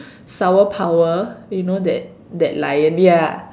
sour power you know that that lion ya